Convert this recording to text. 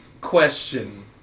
Question